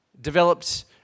developed